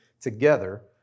together